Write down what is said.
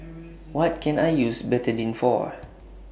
What Can I use Betadine For